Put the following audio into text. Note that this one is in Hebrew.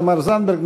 תמר זנדברג,